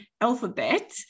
alphabet